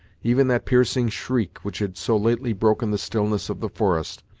even that piercing shriek, which had so lately broken the stillness of the forest,